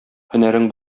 һөнәрең